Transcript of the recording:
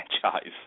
franchise